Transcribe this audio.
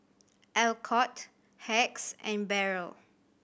Alcott Hacks and Barrel